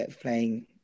playing